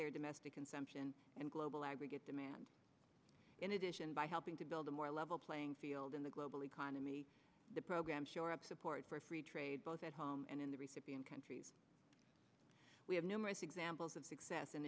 their domestic consumption and global aggregate demand in addition by helping to build a more level playing field in the global economy the program shore up support for free trade both at home and in the recipient countries we have numerous examples of success in